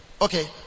Okay